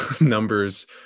numbers